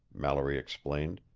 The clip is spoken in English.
mallory explained.